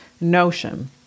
notion